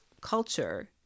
culture